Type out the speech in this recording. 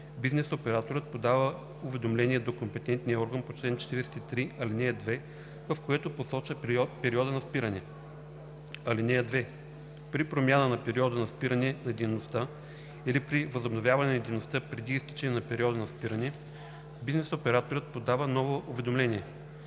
бизнес операторът подава уведомление до компетентния орган по чл. 43, ал. 2, в което посочва периода на спиране. (2) При промяна на периода на спиране на дейността или при възобновяване на дейността преди изтичане на периода на спиране, бизнес операторът подава ново уведомление.